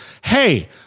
Hey